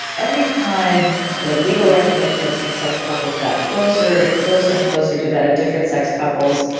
every time the legal recognition of same-sex couples got closer and closer and closer to that of different-sex couples,